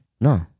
No